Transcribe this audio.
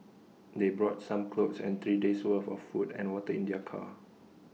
they brought some clothes and three days' worth of food and water in their car